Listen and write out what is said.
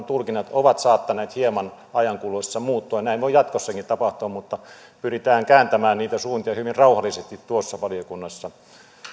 tulkinnat ovat saattaneet hieman ajan kuluessa muuttua ja näin voi jatkossakin tapahtua mutta pyritään kääntämään niitä suuntia hyvin rauhallisesti tuossa valiokunnassa